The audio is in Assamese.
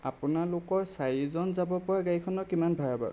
আপোনালোকৰ চাৰিজন যাব পৰা গাড়ীখনৰ কিমান ভাড়া বাৰু